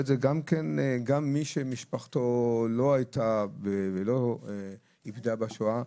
את זה גם אצל מי שמשפחתו לא איבדה בשואה.